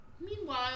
Meanwhile